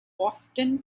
often